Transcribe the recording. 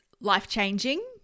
life-changing